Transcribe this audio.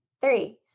three